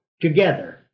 together